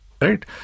Right